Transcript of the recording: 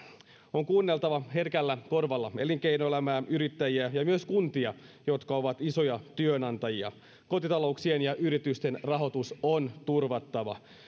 on kuunneltava herkällä korvalla elinkeinoelämää yrittäjiä ja myös kuntia jotka ovat isoja työnantajia kotitalouksien ja yritysten rahoitus on turvattava